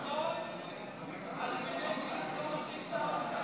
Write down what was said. למה לא שר הביטחון?